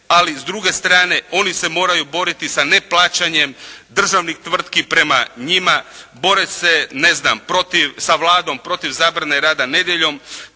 Ali s druge strane, oni se moraju boriti sa neplaćanjem državnih tvrtki prema njima, bore se sa Vladom protiv zabrane rada nedjeljom,